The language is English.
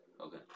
okay